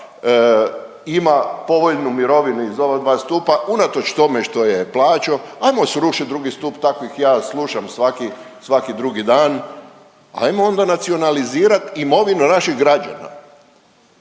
ima povoljnu mirovinu iz ova dva stupa unatoč tome što je plaćao, hajmo srušiti drugi stup, tako ih ja slušam svaki drugi dan. Hajmo onda nacionalizirati imovinu naših građana.